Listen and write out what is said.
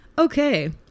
Okay